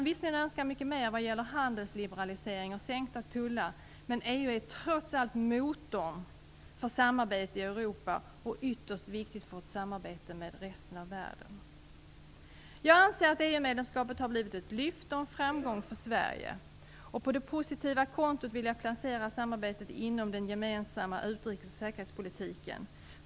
Visserligen finns mer att önska vad gäller handelsliberalisering och sänkta tullar, men EU är trots allt motorn för samarbete i Europa och ytterst viktigt för vårt samarbete med resten av världen. Jag anser att EU-medlemskapet har blivit ett lyft och en framgång för Sverige. På det positiva kontot vill jag placera samarbetet inom den gemensamma utrikes och säkerhetspolitiken.